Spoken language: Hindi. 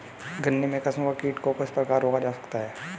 गन्ने में कंसुआ कीटों को किस प्रकार रोक सकते हैं?